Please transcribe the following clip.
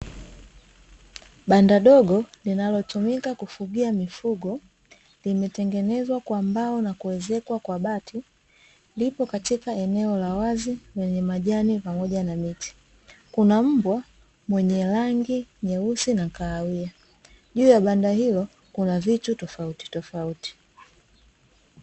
Banda dogo linalotumika kufugia mifugo, limetengenezwa kwa mbao na kuezekwa kwa bati, lipo katika eneo la wazi lenye majani pamoja miti, kuna mbwa mwenye rangi nyeusi na kahawia, juu ya banda hilo kuna vitu tofautitofauti.